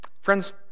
Friends